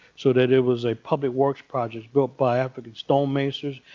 so that it was a public works project built by africans stonemasons.